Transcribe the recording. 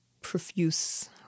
profuse